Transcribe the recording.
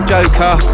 Joker